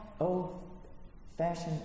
old-fashioned